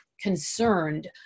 concerned